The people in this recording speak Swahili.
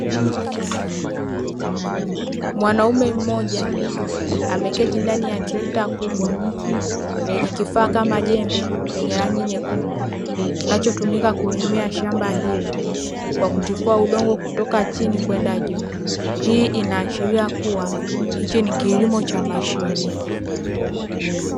Mwanaume mmoja ameketi ndani ya trekta kubwa lenye kifaa kama jembe chenye rangi nyekundu kinachotumika kulimia shamba hilo kwa kutifua udongo kutoka chini kwenda juu. Hii inaashiria kuwa hichi ni kilimo cha mashine.